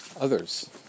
others